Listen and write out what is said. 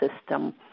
system